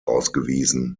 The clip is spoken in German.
ausgewiesen